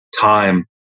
time